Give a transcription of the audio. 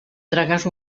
tragues